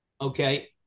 Okay